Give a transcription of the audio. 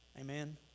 Amen